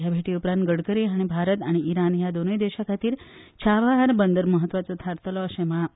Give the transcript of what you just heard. हे भेटी उपरांत गडकरी हांणी भारत आनी इराण ह्या दोनूय देशा खातीर छबहार बंदर म्हत्वाचो थारतलो अशें म्हळां